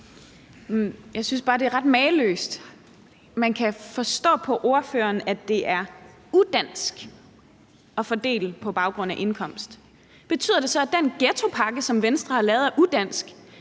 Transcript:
Jeg synes bare, det er ret mageløst, men jeg kan forstå på ordføreren, at det er udansk at fordele på baggrund af indkomst. Betyder det så, at den ghettopakke, som Venstre har lavet, er udansk?